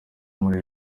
muri